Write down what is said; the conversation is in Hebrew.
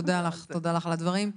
את צודקת, תודה לך על הדברים.